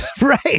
Right